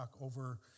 over